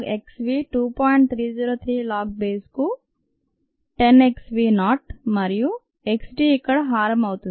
303 log base కు 10 x v కాదు మరియు k d ఇక్కడ హారం వస్తుంది